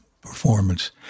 performance